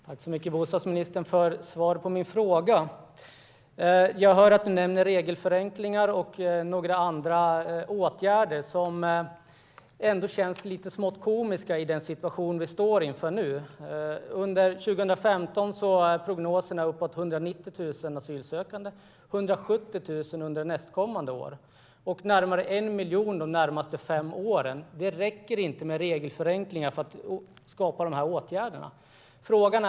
Herr talman! Tack, bostadsministern, för svar på min fråga! Jag hör att bostadsministern nämner regelförenklingar och några andra åtgärder. De känns dock smått komiska med tanke på den situation vi står inför. Prognosen för 2015 är uppemot 190 000 asylsökande och 170 000 under kommande år. Närmare 1 miljon beräknas komma de närmaste fem åren. Det räcker inte med regelförenklingar för att kunna vidta de åtgärder som behövs.